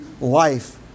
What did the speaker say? life